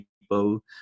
people